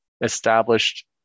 established